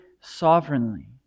sovereignly